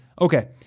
okay